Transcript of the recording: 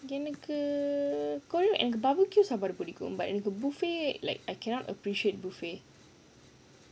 எனக்கு:enakku korean and barbecue பிடிக்கும்:pidikum but buffet like I cannot appreciate buffet